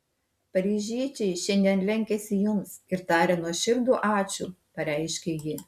paryžiečiai šiandien lenkiasi jums ir taria nuoširdų ačiū pareiškė ji